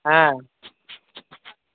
হ্যাঁ